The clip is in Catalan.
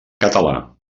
català